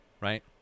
right